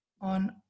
on